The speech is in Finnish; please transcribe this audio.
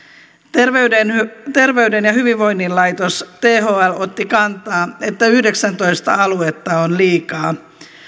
terveyden terveyden ja hyvinvoinnin laitos thl otti kantaa että yhdeksäntoista aluetta on liikaa